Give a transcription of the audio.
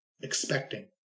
expecting